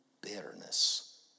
bitterness